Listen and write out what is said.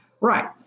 right